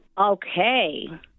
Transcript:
Okay